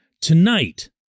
tonight